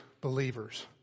believers